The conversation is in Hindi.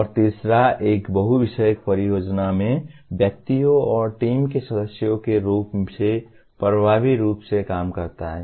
और तीसरा एक बहु विषयक परियोजनाओं में व्यक्तियों और टीम के सदस्यों के रूप में प्रभावी रूप से काम करता है